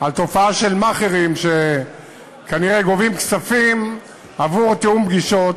על תופעה של מאכערים שכנראה גובים כספים עבור תיאום פגישות,